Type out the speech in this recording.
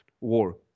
War